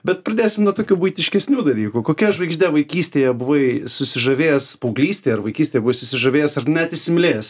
bet pradėsim nuo tokių buitiškesnių dalykų kokia žvaigžde vaikystėje buvai susižavėjęs paauglystėje ar vaikystėje buvai susižavėjęs ar net įsimylėjęs